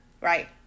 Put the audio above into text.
right